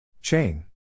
Chain